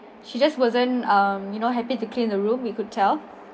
she just wasn't um you know happy to clean the room you could tell